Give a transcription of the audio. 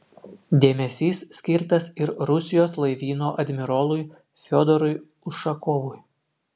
dėmesys skirtas ir rusijos laivyno admirolui fiodorui ušakovui